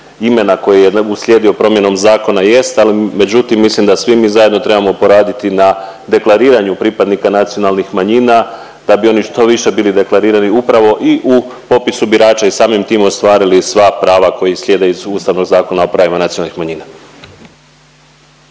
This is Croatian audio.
koji je uslijedio promjenom zakona jest, al međutim mislim da svi mi zajedno trebamo poraditi na deklariranju pripadnika nacionalnih manjina da bi oni što više bili deklarirani upravo i u popisu birača i samim tim ostvarili sva prava koji slijede iz Ustavnog zakona o pravima nacionalnih manjina.